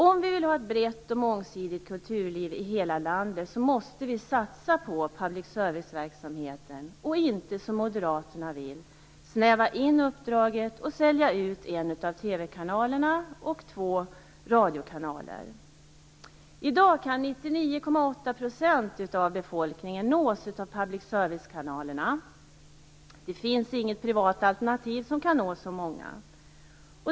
Om vi vill ha ett brett och mångsidigt kulturliv i hela landet, måste vi satsa på public serviceverksamheten och inte, som Moderaterna vill, snäva in uppdraget och sälja ut en av TV-kanalerna och två radiokanaler. I dag kan 99,8 % av befolkningen nås av public service-kanalerna. Det finns inget privat alternativ som kan nå så många.